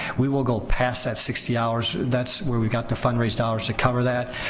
we will go past that sixty hours. that's where we got the fundraised dollars to cover that.